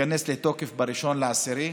תיכנס לתוקף ב-1 באוקטובר,